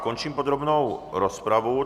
Končím podrobnou rozpravu.